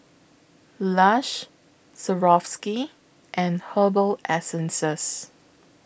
Lush Swarovski and Herbal Essences